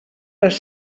les